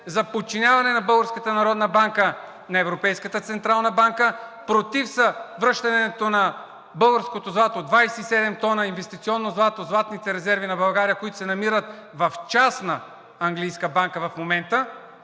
народна банка на Европейската централна банка; против са връщането на българското злато – 27 тона инвестиционно злато, златните резерви на България, които се намират в частна английска банка в момента.